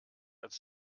als